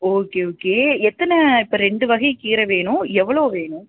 okay okay எத்தனை இப்போ ரெண்டு வகை கீரை வேணும் எவ்வளோ வேணும்